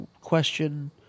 question